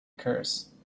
curse